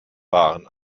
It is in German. waren